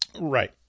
right